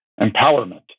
empowerment